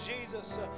Jesus